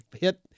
hit